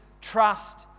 trust